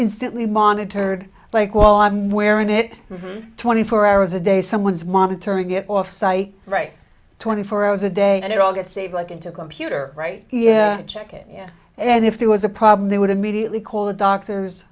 instantly monitored like while i'm wearing it twenty four hours a day someone's monitoring it off site right twenty four hours a day and it all gets saved like into a computer right check it and if there was a problem they would immediately call the doctor